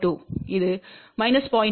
2 இது 0